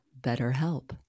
BetterHelp